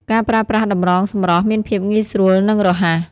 ការប្រើប្រាស់តម្រងសម្រស់មានភាពងាយស្រួលនិងរហ័ស។